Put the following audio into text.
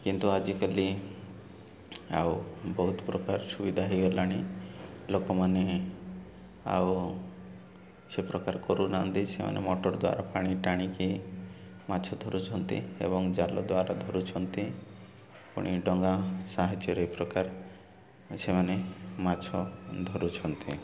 କିନ୍ତୁ ଆଜିକାଲି ଆଉ ବହୁତ ପ୍ରକାର ସୁବିଧା ହେଇଗଲାଣି ଲୋକମାନେ ଆଉ ସେପ୍ରକାର କରୁନାହାନ୍ତି ସେମାନେ ମଟର ଦ୍ୱାରା ପାଣି ଟାଣିକି ମାଛ ଧରୁଛନ୍ତି ଏବଂ ଜାଲ ଦ୍ୱାରା ଧରୁଛନ୍ତି ପୁଣି ଡଙ୍ଗା ସାହାଯ୍ୟରେ ଏ ପ୍ରକାର ସେମାନେ ମାଛ ଧରୁଛନ୍ତି